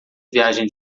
viagem